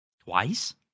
Twice